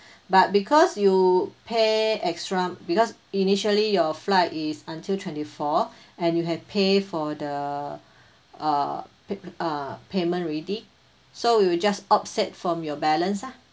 but because you pay extra because initially your flight is until twenty four and you have pay for the uh pay~ uh payment already so we will just offset from your balance lah